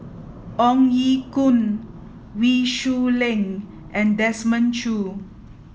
Ong Ye Kung Wee Shoo Leong and Desmond Choo